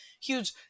huge